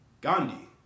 Gandhi